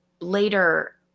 later